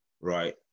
right